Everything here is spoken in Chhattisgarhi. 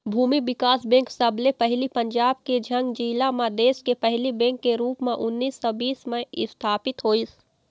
भूमि बिकास बेंक सबले पहिली पंजाब के झंग जिला म देस के पहिली बेंक के रुप म उन्नीस सौ बीस म इस्थापित होइस